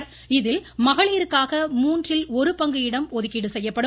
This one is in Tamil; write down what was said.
இவர்களில் மகளிருக்காக மூன்றில் ஒரு பங்கு இடம் ஒதுக்கீடு செய்யப்படும்